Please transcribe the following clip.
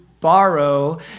borrow